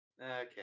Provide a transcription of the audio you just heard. Okay